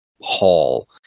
hall